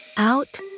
out